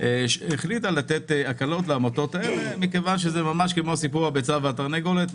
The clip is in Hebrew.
החליטה לתת הקלות לעמותות האלה כי זה כמו סיפור הביצה והתרנגולת,